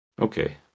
Okay